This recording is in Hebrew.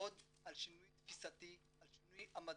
לעבוד על שינוי תפיסתי, שינוי עמדות,